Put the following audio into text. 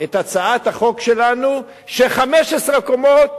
את הצעת החוק שלנו שב-15 קומות